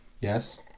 Yes